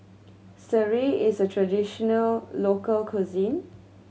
sireh is a traditional local cuisine